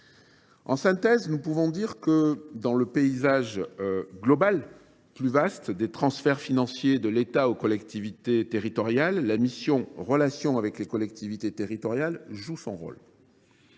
En synthèse, nous pouvons dire que, dans le paysage global plus vaste des transferts financiers de l’État aux collectivités territoriales, la mission « Relations avec les collectivités territoriales » joue son rôle.